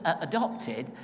adopted